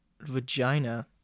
vagina